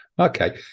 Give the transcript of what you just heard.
Okay